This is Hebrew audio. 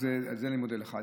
ועל זה אני מודה לך.